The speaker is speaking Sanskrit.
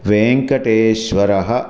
वेङ्कटेश्वरः